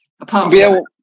Apart